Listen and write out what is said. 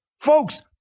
folks